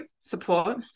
support